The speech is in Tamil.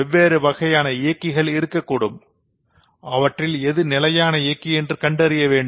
வெவ்வேறு வகையான இயக்கிகள் இருக்கக்கூடும் அவற்றில் எது நிலையான இயக்கி என்று கண்டறிய வேண்டும்